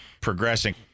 progressing